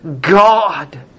God